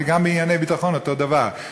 וגם בענייני ביטחון אותו דבר,